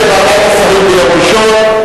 הערעור עולה בוועדת השרים ביום ראשון,